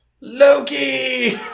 Loki